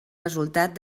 resultat